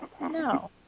No